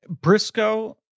Briscoe